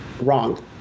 Wrong